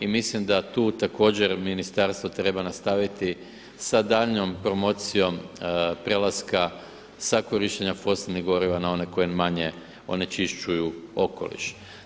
I mislim da tu također ministarstvo treba nastaviti sa daljnjom promocijom prelaska sa korištenja fosilnih goriva na one koji manje onečišćuju okoliš.